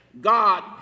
God